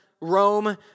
Rome